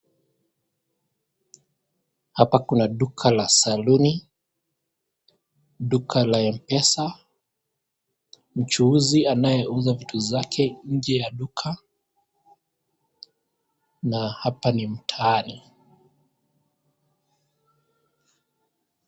Hapa kuna duka la saluni, duka la M-Pesa. Mchuuzi anayeuza vitu zake nje ya duka. Na hapa ni mtaani.